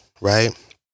right